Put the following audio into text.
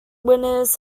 winners